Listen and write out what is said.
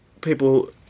people